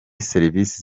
serivise